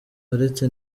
aretse